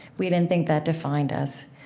we didn't think that defined us.